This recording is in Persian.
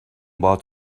باهات